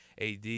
AD